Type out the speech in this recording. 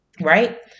Right